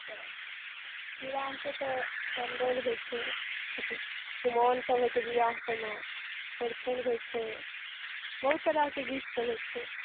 तैं विवाहके तऽ समदाउन होइ छै एथी चुमाओन सभ होइ छै विवाहमे परिछन होइ छै बहुत तरहके गीत सभ होइ छै